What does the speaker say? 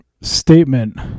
statement